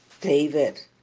David